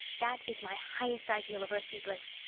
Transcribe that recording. that is my highest ideal of earthly bliss.